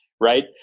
right